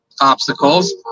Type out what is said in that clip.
obstacles